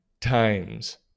times